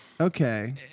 Okay